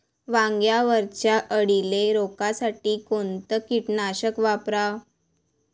वांग्यावरच्या अळीले रोकासाठी कोनतं कीटकनाशक वापराव?